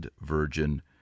Virgin